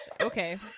Okay